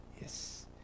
Yes